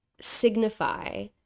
signify